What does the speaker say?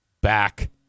back